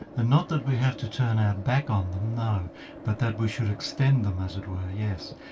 and not that we have to turn our back on them, no but that we should extend them as it were, yes.